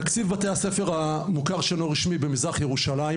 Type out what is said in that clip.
תקציב בתי הספר המוכר שאינו רשמי במזרח ירושלים